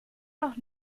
noch